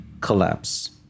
collapse